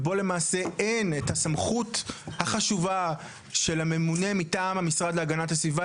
ובו למעשה אין את הסמכות החשובה של הממונה מטעם המשרד להגנת הסביבה,